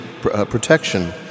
protection